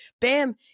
Bam